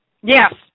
Yes